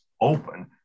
open